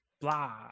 Blah